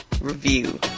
review